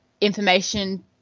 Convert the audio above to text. information